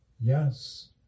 Yes